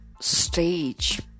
stage